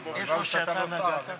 אנחנו נצביע על 1,